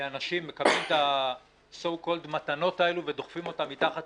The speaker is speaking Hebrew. אנשים מקבלים את מה שנקרא מתנות האלה ודוחפים אותן מתחת